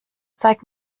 zeig